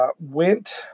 went